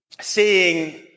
Seeing